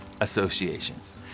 associations